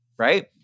Right